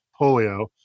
polio